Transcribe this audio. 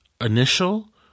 initial